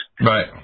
Right